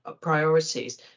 priorities